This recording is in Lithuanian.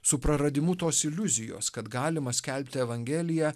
su praradimu tos iliuzijos kad galima skelbti evangeliją